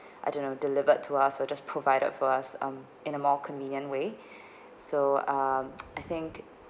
I don't know delivered to us or just provided for us um in a more convenient way so um I think